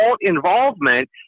involvement